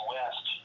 West